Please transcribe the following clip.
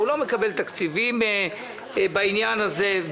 הוא לא מקבל תקציבים בעניין הזה.